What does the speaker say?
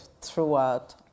throughout